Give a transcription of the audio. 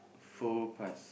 full price